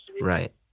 Right